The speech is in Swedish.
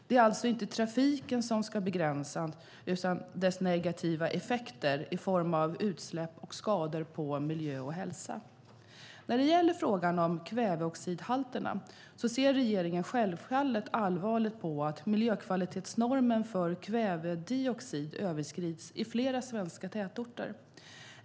Det är alltså inte trafiken som ska begränsas utan dess negativa effekter i form av utsläpp och skador på miljö och hälsa. När det gäller frågan om kväveoxidhalterna så ser regeringen självfallet allvarligt på att miljökvalitetsnormen för kvävedioxid överskrids i flera svenska tätorter.